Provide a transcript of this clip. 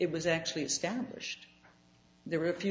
it was actually established there were a few that